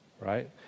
Right